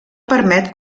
permet